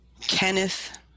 Kenneth